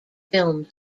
film